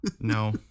No